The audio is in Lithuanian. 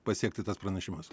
pasiekti tas pranešimas